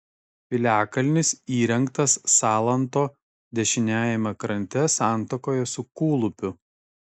piliakalnis įrengtas salanto dešiniajame krante santakoje su kūlupiu